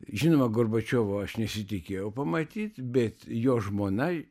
žinoma gorbačiovo aš nesitikėjau pamatyt bet jo žmona